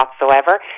whatsoever